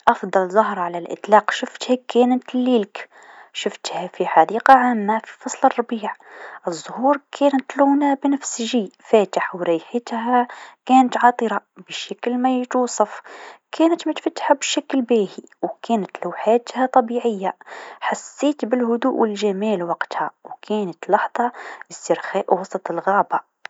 أفضل زهره على الإطلاق شفتها كانت الليلك، شفتها في حديقه عامه في فصل الربيع، الزهور كانت لونها بنفسجي فاتح و رايحتها عطره بشكل ما يتوصف، كانت متفتحه بشكل باهي و كانت لوحاتها طبيعيه، حسيت بالهدوء و الجمال وقتها و كانت لحظه إسترخاء وسط الغابه.